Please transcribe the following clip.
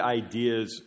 ideas